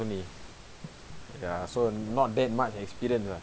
only ya so not that much experience ah